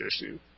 issue